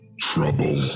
Trouble